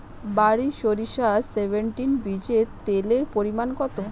বারি সরিষা সেভেনটিন বীজে তেলের পরিমাণ কত?